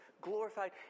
glorified